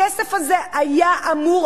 הכסף הזה היה אמור,